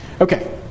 Okay